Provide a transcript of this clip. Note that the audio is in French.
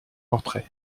portrait